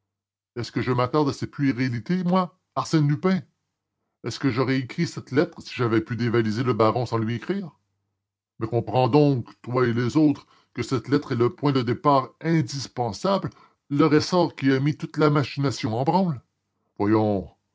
est-ce que je m'attarde à ces puérilités moi arsène lupin est-ce que j'aurais écrit cette lettre si j'avais pu dévaliser le baron sans lui écrire mais comprenez donc vous et les autres que cette lettre est le point de départ indispensable le ressort qui a mis toute la machine en branle voyons